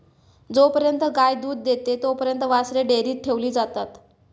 जोपर्यंत गाय दूध देते तोपर्यंत वासरे डेअरीत ठेवली जातात